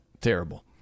Terrible